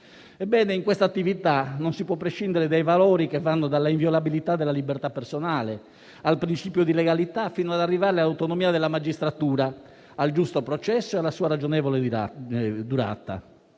in questa attività non si può prescindere dai valori che vanno dalla inviolabilità della libertà personale al principio di legalità fino ad arrivare all'autonomia della magistratura, al giusto processo e alla sua ragionevole durata.